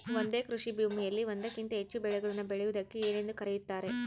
ಒಂದೇ ಕೃಷಿಭೂಮಿಯಲ್ಲಿ ಒಂದಕ್ಕಿಂತ ಹೆಚ್ಚು ಬೆಳೆಗಳನ್ನು ಬೆಳೆಯುವುದಕ್ಕೆ ಏನೆಂದು ಕರೆಯುತ್ತಾರೆ?